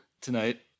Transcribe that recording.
tonight